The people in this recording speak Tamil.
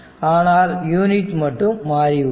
ஆனால் யூனிட் மட்டும் மாறியுள்ளது